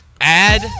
Add